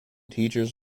teachers